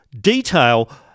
detail